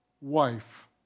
wife